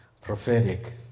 prophetic